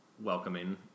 welcoming